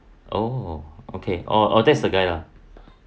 oh okay oh that's the guy lah